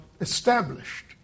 established